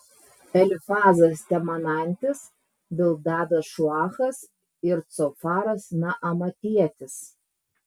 elifazas temanantis bildadas šuachas ir cofaras naamatietis